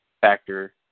factor